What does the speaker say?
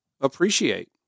appreciate